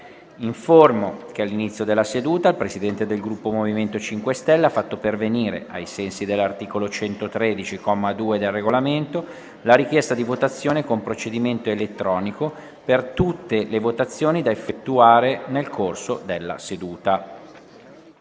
che all'inizio della seduta il Presidente del Gruppo MoVimento 5 Stelle ha fatto pervenire, ai sensi dell'articolo 113, comma 2, del Regolamento, la richiesta di votazione con procedimento elettronico per tutte le votazioni da effettuare nel corso della seduta.